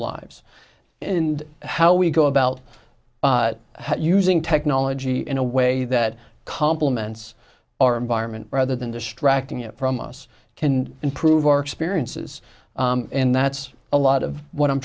lives and how we go about using technology in a way that complements our environment rather than distracting it from us can improve our experiences and that's a lot of what i'm